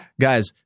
guys